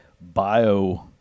bio